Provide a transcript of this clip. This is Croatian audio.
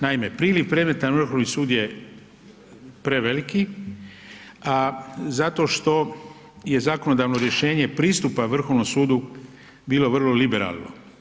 Naime, priliv predmeta na Vrhovni sud je preveliki, a zato što je zakonodavno rješenje pristupa Vrhovnom sudu bilo vrlo liberalno.